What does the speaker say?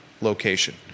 location